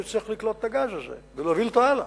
שיצטרך לקלוט את הגז הזה ולהוביל אותו הלאה.